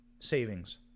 Savings